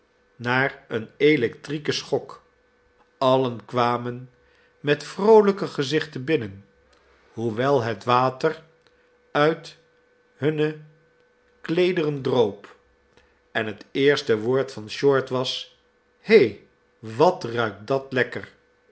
jagers een electrieken schok allen kwamen met vroolijke gezichten binnen hoewel het water uit hunne kleederen droop en het eerste woord van short was he wat ruikt dat lekker